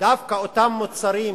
דווקא אותם מוצרים